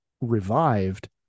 revived